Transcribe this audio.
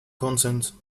konsens